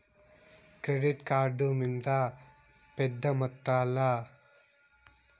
credit card మింద పెద్ద మొత్తంల చెల్లించాల్సిన స్తితే ఉంటే ఆ దుడ్డు మింద ఒడ్డీ కూడా పడతాది